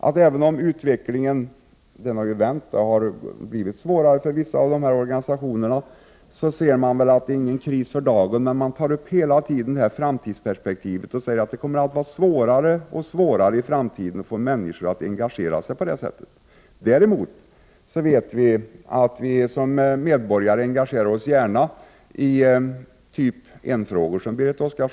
Utvecklingen har visserligen vänt, men det har blivit svårare för vissa organisationer. Det är dock ingen kris för dagen. Hela tiden tas emellertid detta framtidsperspektiv upp, och man säger att det kommer att bli svårare och svårare i framtiden att få människor att engagera sig på det sättet. Däremot vet vi att vi som medborgare, som Berit Oscarsson sade, gärna engagerar oss i frågor av typen enfrågor.